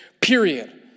period